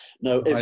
No